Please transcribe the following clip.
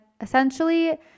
essentially